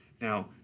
Now